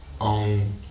On